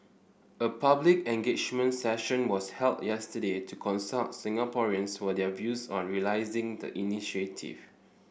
a public engagement session was held yesterday to consult Singaporeans for their views on realising the initiative